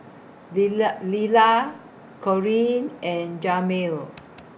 Lilla Lilla Corrine and Jamel